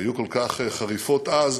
שהיו כל כך חריפות אז,